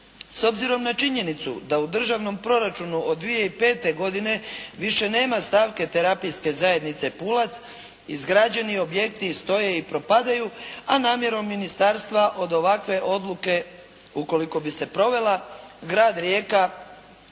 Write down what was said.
S obzirom na činjenicu da u Državnom proračunu od 2005. godine više nema stavke terapijske zajednice "Pulac" izgrađeni objekti stoje i propadaju, a namjerom ministarstva od ovakve odluke ukoliko bi se provela, grad Rijeka